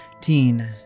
Teen